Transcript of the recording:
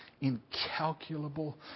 incalculable